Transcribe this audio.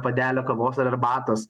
puodelio kavos ar arbatos